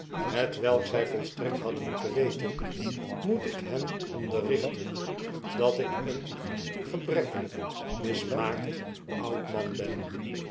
hetwelk zy volstrekt hadden moeten weten moet ik hen onderrichten dat ik een gebrekkelijk mismaakt oud man ben